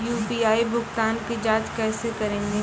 UPI भुगतान की जाँच कैसे करेंगे?